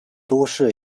都市